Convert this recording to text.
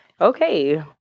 Okay